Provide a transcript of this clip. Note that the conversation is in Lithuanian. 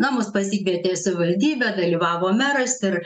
na mus pasikvietė savivaldybė dalyvavo meras ir